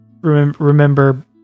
remember